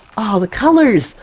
ahhh, the colors!